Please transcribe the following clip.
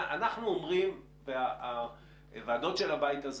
אנחנו אומרים - והוועדות של הבית הזה